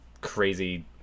crazy